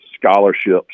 scholarships